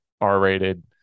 R-rated